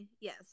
Yes